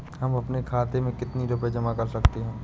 हम अपने खाते में कितनी रूपए जमा कर सकते हैं?